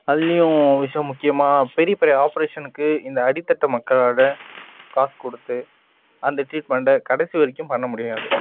அதுலையும் முக்கியமாக பெரிய பெரிய ஆப்ரேஷன்க்கு இந்த அடித்தட்டு மக்களோடய காசு கொடுத்து அந்த டிரீட்மண்ட்டை கடைசி வரைக்கும் பண்ண முடியாது